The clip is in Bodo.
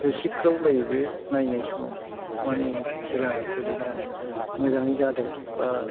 होसिख्रावलायो बे नायनाय समाव माने खेला गेलेनायाव मोजां जादों बा